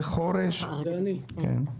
קטנים.